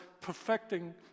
perfecting